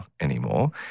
anymore